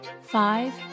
five